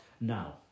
now